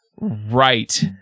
right